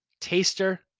taster